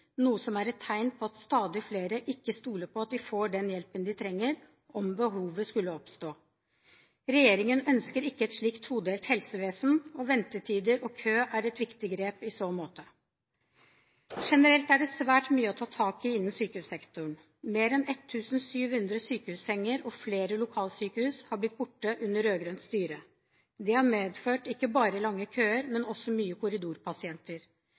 noe som er et tegn på at stadig flere ikke stoler på at de får den hjelpen de trenger om behovet skulle oppstå. Regjeringen ønsker ikke et slikt todelt helsevesen, og ventetider og kø er det viktig å ta grep om i så måte. Generelt er det svært mye å ta tak i innenfor sykehussektoren. Mer enn 1 700 sykehussenger og flere lokalsykehus har blitt borte under rødt-grønt styre. Det har medført ikke bare lange køer, men også mange korridorpasienter.